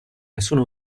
nessuno